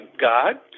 god